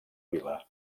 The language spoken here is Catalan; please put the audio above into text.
vila